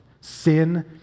sin